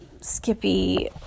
Skippy